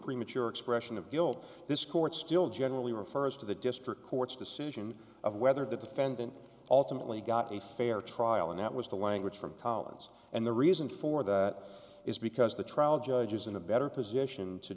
premature expression of guilt this court still generally refers to the district court's decision of whether the defendant ultimately got a fair trial and that was the language from collins and the reason for that is because the trial judge is in a better position to